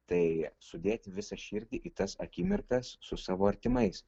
tai sudėti visą širdį į tas akimirkas su savo artimais